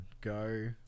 Go